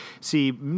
see